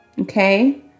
okay